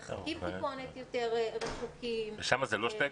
מרחקים טיפונת יותר רחוקים --- שם זה לא שתי הקפצות?